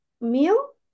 meal